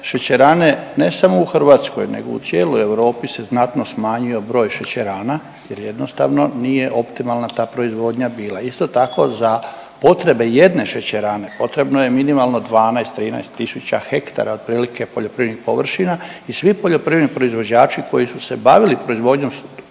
šećerane ne samo u Hrvatskoj nego u cijeloj Europi se znatno smanjio broj šećerana jer jednostavno nije optimalna ta proizvodnja bila. Isto tako za potrebe jedne šećerane potrebno je minimalno 12, 13.000 hektara otprilike poljoprivrednih površina i svi poljoprivredni proizvođači koji su se bavili proizvodnjom šećerne